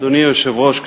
אדוני היושב-ראש,